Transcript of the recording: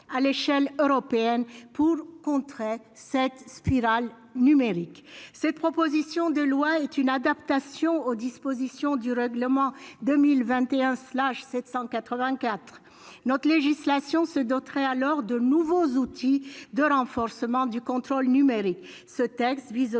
à l'échelle européenne pour contrer cette spirale numérique, cette proposition de loi est une adaptation aux dispositions du règlement 2021 slash 784 notre législation se doterait alors de nouveaux outils de renforcement du contrôle numérique, ce texte vise aussi